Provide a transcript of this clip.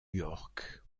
york